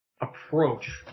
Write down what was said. approach